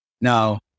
Now